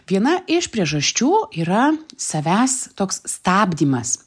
viena iš priežasčių yra savęs toks stabdymas